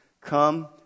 Come